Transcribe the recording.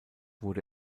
wurde